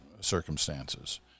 circumstances